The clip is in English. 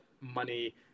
money